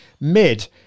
Mid